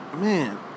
Man